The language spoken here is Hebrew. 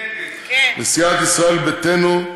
לסיעת ישראל ביתנו,